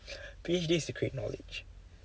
P_H_D is to create knowledge